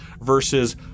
versus